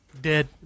Dead